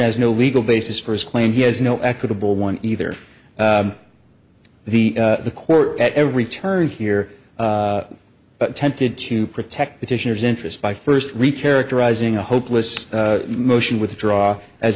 has no legal basis for his claim he has no equitable one either the the court at every turn here attempted to protect petitioners interest by first reach characterizing a hopeless motion withdraw as